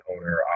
owner